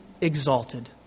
exalted